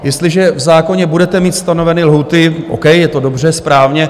Jestliže v zákoně budete mít stanoveny lhůty, o. k., je to dobře, správně.